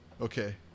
okay